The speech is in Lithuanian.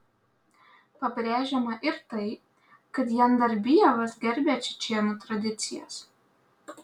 pabrėžiama ir tai kad jandarbijevas gerbia čečėnų tradicijas